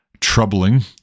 troubling